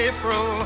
April